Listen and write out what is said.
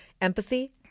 empathy